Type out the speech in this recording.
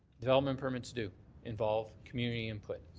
development permits do involve community input.